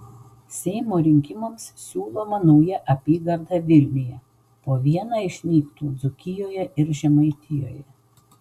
seimo rinkimams siūloma nauja apygarda vilniuje po vieną išnyktų dzūkijoje ir žemaitijoje